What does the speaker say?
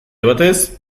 batez